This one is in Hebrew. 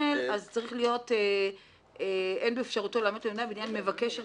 "אין באפשרותו לאמת את המידע בעניין מבקש הרישיון"